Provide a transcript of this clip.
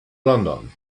london